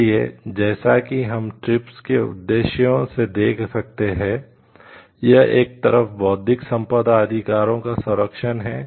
इसलिए जैसा कि हम ट्रिप्स के उद्देश्यों से देख सकते हैं यह एक तरफ बौद्धिक संपदा अधिकारों का संरक्षण है